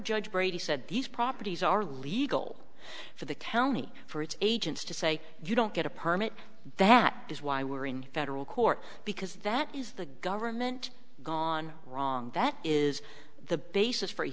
judge brady said these properties are legal for the county for its agents to say you don't get a permit that is why we're in federal court because that is the government gone wrong that is the basis for a